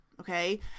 okay